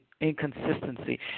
inconsistency